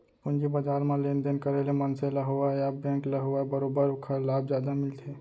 पूंजी बजार म लेन देन करे ले मनसे ल होवय या बेंक ल होवय बरोबर ओखर लाभ जादा मिलथे